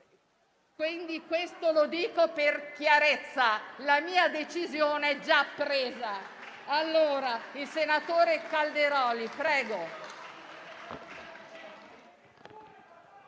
Questo lo dico per chiarezza: la mia decisione è già presa.